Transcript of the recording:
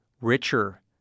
richer